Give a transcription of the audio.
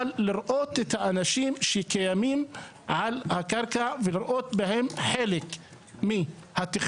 אבל לראות את האנשים שקיימים על הקרקע ולראות בהם חלק מהתכנון.